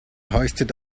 hoisted